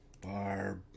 Barb